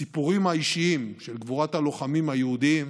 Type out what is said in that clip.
הסיפורים האישיים על גבורת הלוחמים היהודים